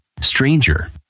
Stranger